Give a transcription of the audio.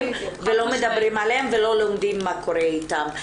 ולא מדברים עליהם ולא לומדים מה קורה איתם.